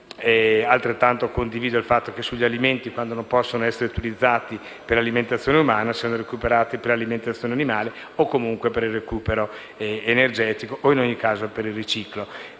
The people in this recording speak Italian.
Altrettanto condivisibile è il fatto che quando gli alimenti non possono essere utilizzati per alimentazione umana siano recuperati per alimentazione animale o comunque per recupero energetico o, in ogni caso, per il riciclo.